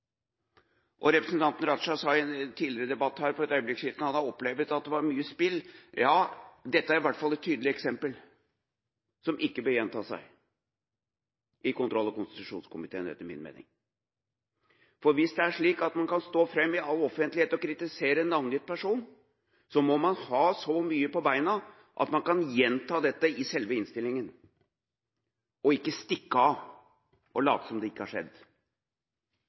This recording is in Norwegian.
på. Representanten Raja sa i foregående debatt her for et øyeblikk siden at han har opplevd at det var mye spill. Ja, dette er i hvert fall et tydelig eksempel på det, som ikke bør gjenta seg i kontroll- og konstitusjonskomiteen, etter min mening. For hvis det er slik at man kan stå fram i all offentlighet og kritisere en navngitt person, må man ha så mye kjøtt på beina at man kan gjenta dette i selve innstillinga – og ikke stikke av og late som det ikke har skjedd.